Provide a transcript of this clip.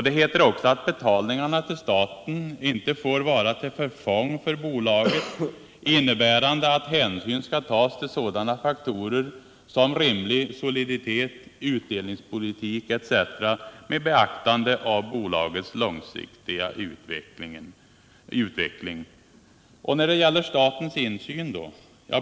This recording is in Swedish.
Det heter också att ”betalningarna till staten inte får vara till förfång för bolaget, innebärande att hänsyn skall tas till sådana faktorer som rimlig soliditet, utdelningspolitik etc. med beaktande av bolagets långsiktiga utveckling.” Men när det gäller statens insyn då?